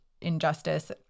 injustice